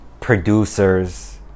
producers